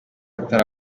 batari